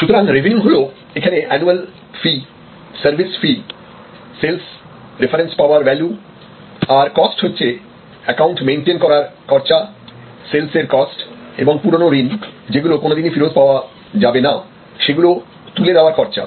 সুতরাং রেভিনিউ হলো এখানে annual fee service fee sales reference power value আর কস্ট হচ্ছে একাউন্ট মেনটেন করার খরচা সেলসের কস্ট এবং পুরনো ঋণ যেগুলো কোনদিনই ফেরত পাওয়া যাবে না সেগুলো তুলে দেয়ার খরচা